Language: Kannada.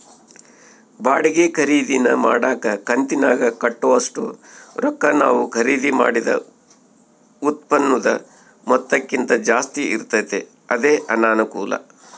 ಬಾಡಿಗೆ ಖರೀದಿನ ಮಾಡಕ ಕಂತಿನಾಗ ಕಟ್ಟೋ ಒಷ್ಟು ರೊಕ್ಕ ನಾವು ಖರೀದಿ ಮಾಡಿದ ಉತ್ಪನ್ನುದ ಮೊತ್ತಕ್ಕಿಂತ ಜಾಸ್ತಿ ಇರ್ತತೆ ಅದೇ ಅನಾನುಕೂಲ